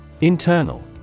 Internal